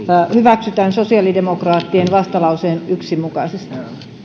hyväksytään sosiaalidemokraattien vastalauseen yksi mukaisesti